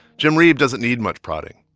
jim reeb doesn't need much prodding.